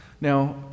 Now